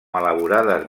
elaborades